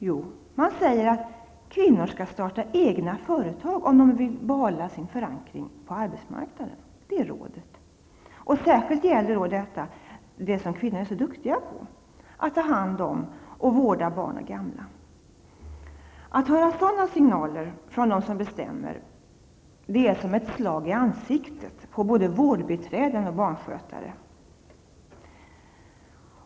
Jo, man säger att kvinnor skall starta egna företag om de vill behålla sin förankring på arbetsmarknaden -- det är rådet. Och särskilt gäller detta det som kvinnor är så duktiga på, att ta hand om och vårda barn och gamla. Att höra sådana signaler från dem som bestämmer är som ett slag i ansiktet på både vårdbiträden och barnskötare.